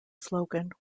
slogan